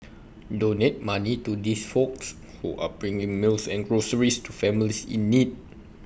donate money to these folks who are bringing meals and groceries to families in need